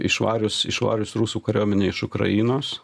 išvarius išvarius rusų kariuomenę iš ukrainos